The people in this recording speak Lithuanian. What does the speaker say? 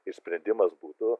ir sprendimas būtų